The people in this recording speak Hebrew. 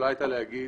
יכולה הייתה הכנסת